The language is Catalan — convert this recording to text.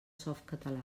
softcatalà